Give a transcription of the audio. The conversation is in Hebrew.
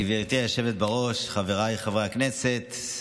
גברתי היושבת בראש, חבריי חברי הכנסת,